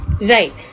Right